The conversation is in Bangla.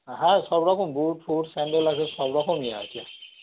হ্যাঁ সব রকম বুট ফুট স্যান্ডেল আছে সব রকমই আছে